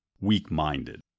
weak-minded